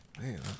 Man